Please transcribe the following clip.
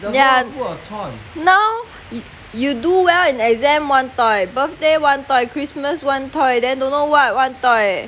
yeah now you you do well in exam one toy birthday one toy christmas one toy then don't know what one toy